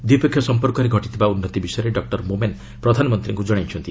ଦ୍ୱିପକ୍ଷୀୟ ସଂପର୍କରେ ଘଟିଥିବା ଉନ୍ନତି ବିଷୟରେ ଡକୁର ମୋମେନ୍ ପ୍ରଧାନମନ୍ତ୍ରୀଙ୍କୁ ଜଣାଇଛନ୍ତି